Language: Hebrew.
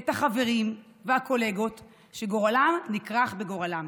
את החברים והקולגות, שגורלם נכרך בגורלם,